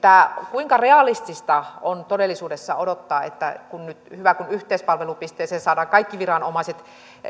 kuinka realistista on todellisuudessa odottaa kun nyt on hyvä jos yhteispalvelupisteeseen saadaan kaikki viranomaiset